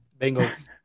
Bengals